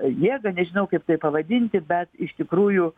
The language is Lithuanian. jėgą nežinau kaip tai pavadinti bet iš tikrųjų